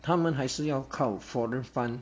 他们还是要靠 foreign fund